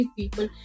people